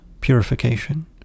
purification